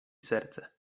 serce